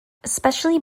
especially